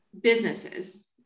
businesses